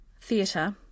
theatre